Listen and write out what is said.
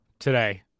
today